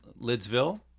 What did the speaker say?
Lidsville